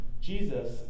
Jesus